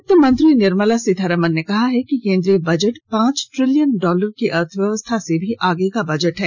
वित्त मंत्री निर्मला सीतारमन ने कहा है कि केन्द्रीय बजट पांच ट्रिलियन डॉलर की अर्थव्यवस्था से भी आगे का बजट है